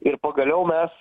ir pagaliau mes